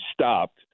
stopped